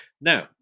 Now